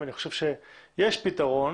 אני חושב שיש פתרון